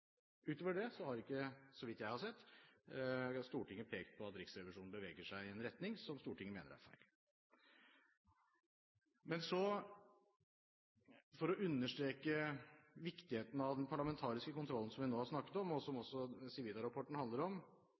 Utover det har ikke, så vidt jeg har sett, Stortinget pekt på at Riksrevisjonen beveger seg i en retning som Stortinget mener er feil. Når det gjelder viktigheten at den parlamentariske kontrollen, som vi nå har snakket om, og som også Civita-rapporten handler om,